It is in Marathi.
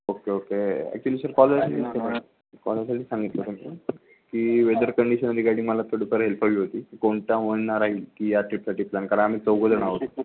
ओके ओके ॲक्च्युअली सर कॉलसाठी कॉल यासाठी सांगितलं होतं की वेदर कंडिशनवाली गायडींग मला थोडी फार हेल्प हवी होती की कोणता होणार आहे की या टीपसाठी प्लॅन कारण आम्ही चौघं जण आहोत